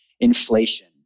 inflation